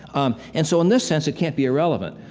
um, and so in this sense, it can't be irrelevant,